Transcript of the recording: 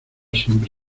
siempre